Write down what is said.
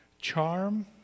Charm